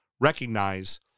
recognize